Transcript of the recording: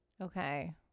Okay